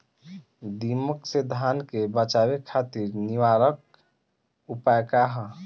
दिमक से धान के बचावे खातिर निवारक उपाय का ह?